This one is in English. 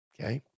okay